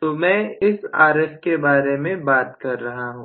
तो मैं इस Rf के बारे में बात कर रहा हूं